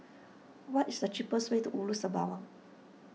what is the cheapest way to Ulu Sembawang